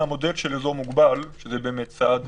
חוץ מהמודל של אזור מוגבל, שזה באמת צעד